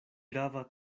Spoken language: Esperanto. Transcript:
grava